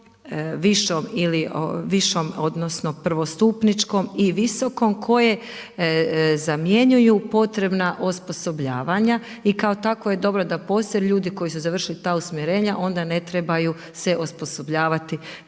srednjoj, višom odnosno prvostupničkom i visokom koje zamjenjuju potrebna osposobljavanja i kao takva je dobro da postoje, jer ljudi koji su završili ta usmjerenja onda ne trebaju se osposobljavati